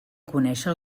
conèixer